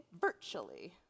virtually